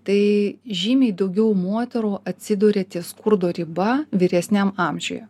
tai žymiai daugiau moterų atsiduria ties skurdo riba vyresniam amžiuje